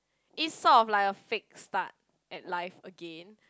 is sort of like a fix start at life again